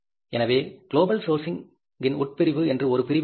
எனவே குளோபல் சோர்சிங்கின் உட்பிரிவு என்று ஒரு பிரிவு உள்ளது